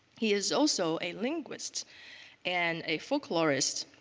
he is also a linguist and a folklorist.